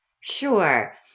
Sure